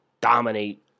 dominate